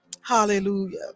Hallelujah